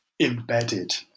embedded